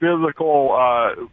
physical